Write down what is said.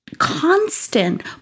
constant